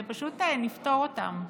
ופשוט נפתור אותן.